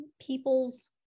People's